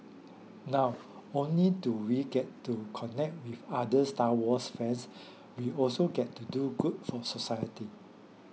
now only do we get to connect with other Star Wars fans we also get to do good for society